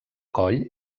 coll